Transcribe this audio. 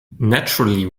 naturally